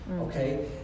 Okay